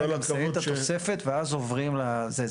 כי הם מסיימים את התוספת ואז עוברים לזה.